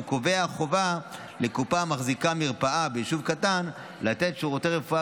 הוא קובע חובה לקופה המחזיקה מרפאה ביישוב קטן לתת שירותי רפואה